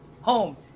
Home